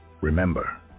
Remember